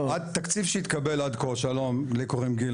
לי קוראים גיל,